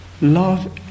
love